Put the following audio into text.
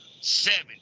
seven